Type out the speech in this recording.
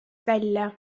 välja